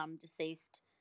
deceased